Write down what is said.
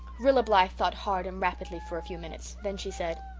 rilla blythe thought hard and rapidly for a few minutes. then she said,